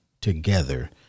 together